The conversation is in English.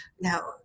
Now